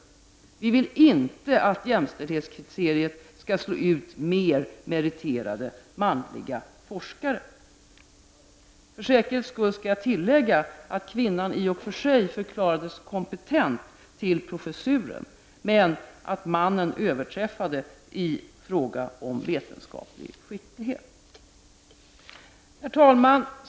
Vi vill inte att jämställdhetskriteriet ska slå ut mer meriterade manliga forskare.” För säkerhets skull ska jag tillägga att kvinnan i och för sig förklarades kompetent till professuren, men att mannen överträffade henne i fråga om vetenskaplig skicklighet. Herr talman!